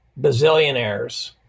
bazillionaires